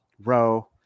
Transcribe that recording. row